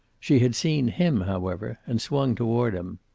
she had seen him, however, and swung toward him.